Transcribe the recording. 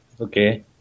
okay